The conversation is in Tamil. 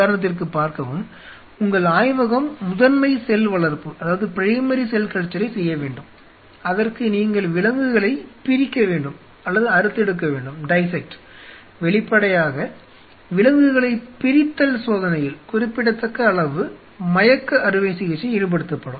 உதாரணத்திற்கு பார்க்கவும் உங்கள் ஆய்வகம் முதன்மை செல் வளர்ப்பைச் செய்ய வேண்டும் அதற்கு நீங்கள் விலங்குகளை பிரிக்க வேண்டும் வெளிப்படையாக விலங்குகளைப் பிரித்தல் சோதனையில் குறிப்பிடத்தக்க அளவு மயக்க அறுவை சிகிச்சை ஈடுபடுத்தப்படும்